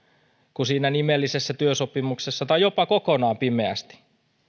kuin siinä nimellisessä työsopimuksessa tai jopa kokonaan pimeästi